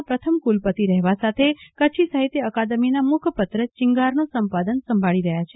ના પ્રથમ કુલપતિ રહેવા સાથે કચ્છી સાહિત્ય અકાદમીના મુખ્યપત્ર ચિંગારનું સંપાદન સંભાળી રહ્યા છે